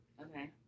Okay